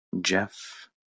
Jeff